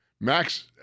Max